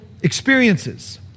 experiences